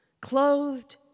clothed